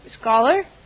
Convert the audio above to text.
scholar